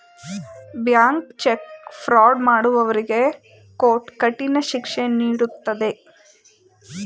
bank cheque fraud ಮಾಡುವವರಿಗೆ court ಕಠಿಣ ಶಿಕ್ಷೆ ನೀಡುತ್ತದೆ